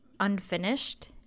unfinished